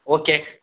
okay